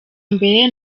mbere